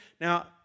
Now